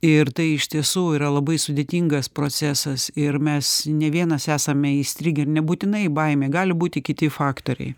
ir tai iš tiesų yra labai sudėtingas procesas ir mes ne vienas esame įstrigę ir nebūtinai baimė gali būti kiti faktoriai